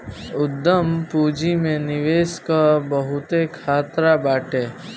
उद्यम पूंजी में निवेश कअ बहुते खतरा बाटे